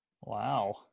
Wow